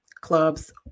clubs